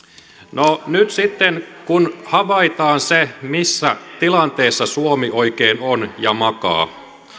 nyt sitten havaitaan se missä tilanteessa suomi oikein on ja makaa